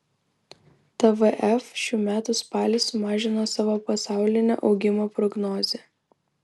tvf šių metų spalį sumažino savo pasaulinio augimo prognozę